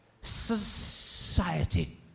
Society